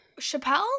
Chappelle